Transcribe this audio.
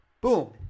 Boom